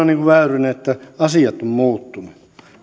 niin kuin väyrynen että asiat ovat muuttuneet